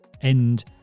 end